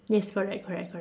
yes correct correct correct